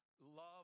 love